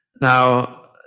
now